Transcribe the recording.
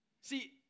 See